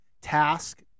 task